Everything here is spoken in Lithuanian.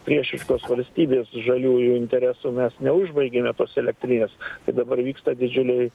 priešiškos valstybės žaliųjų interesų mes neužbaigėme tos elektrinės tai dabar vyksta didžiuliai